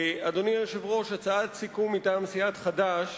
אדוני היושב-ראש, הצעת סיכום מטעם סיעת חד"ש